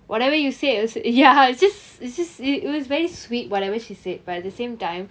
whatever you say it's ya it's just it's just it was very sweet whatever she said but at the same time